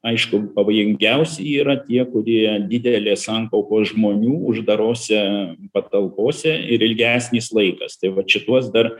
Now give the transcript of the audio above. aišku pavojingiausi yra tie kurie didelės sankaupos žmonių uždarose patalpose ir ilgesnis laikas tai vat šituos dar